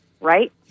right